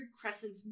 crescent